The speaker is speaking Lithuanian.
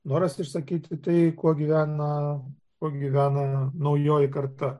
noras išsakyti tai kuo gyvena kuo gyvena naujoji karta